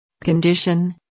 condition